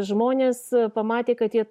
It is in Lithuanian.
žmonės pamatė kad jie